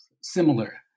similar